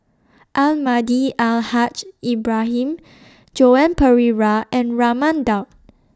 Almahdi Al Haj Ibrahim Joan Pereira and Raman Daud